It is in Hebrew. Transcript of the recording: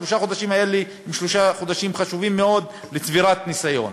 שלושת החודשים האלה הם שלושה חודשים חשובים מאוד לצבירת ניסיון.